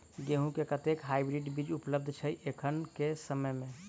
गेंहूँ केँ कतेक हाइब्रिड बीज उपलब्ध छै एखन केँ समय मे?